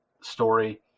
story